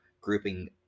grouping